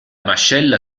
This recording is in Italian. mascella